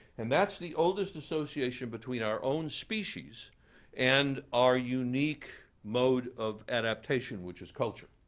and that's the oldest association between our own species and our unique mode of adaptation, which is culture.